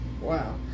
Wow